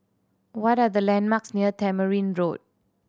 what are the landmarks near Tamarind Road